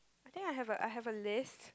I think I have a I have a list